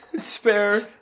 spare